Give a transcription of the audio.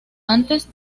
antes